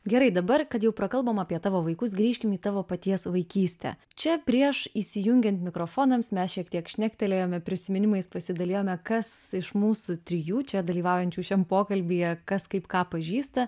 gerai dabar kad jau prakalbom apie tavo vaikus grįžkim į tavo paties vaikystę čia prieš įsijungiant mikrofonams mes šiek tiek šnektelėjome prisiminimais pasidalijome kas iš mūsų trijų čia dalyvaujančių šiam pokalbyje kas kaip ką pažįsta